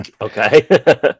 Okay